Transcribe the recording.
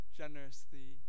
generously